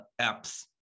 apps